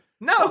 no